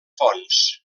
fonts